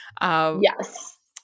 Yes